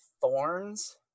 thorns